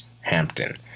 Hampton